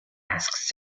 asks